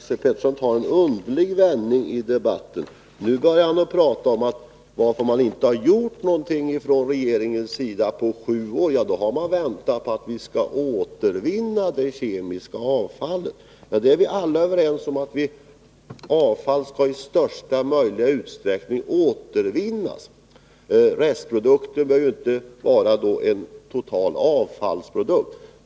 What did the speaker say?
Herr talman! Jag tycker att Esse Petersson ger debatten en underlig vändning. Nu börjar han prata om att anledningen till att man inte har gjort någonting från regeringens sida på sju år är att man har väntat på att det kemiska avfallet skall återvinnas. Vi är alla överens om att avfall i största möjliga utsträckning skall återvinnas. Restprodukten behöver då inte vara en total avfallsprodukt.